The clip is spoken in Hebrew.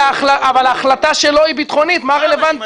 אבל ההחלטה שלו היא ביטחונית, מה זה רלוונטי?